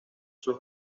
sus